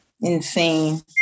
Insane